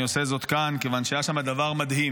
אני אעשה זאת כאן, כיוון שהיה שם דבר מדהים: